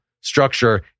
structure